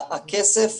הכסף